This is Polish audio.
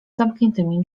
zamkniętymi